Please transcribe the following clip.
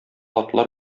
атлар